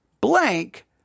blank